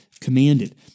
commanded